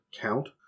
count